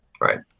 Right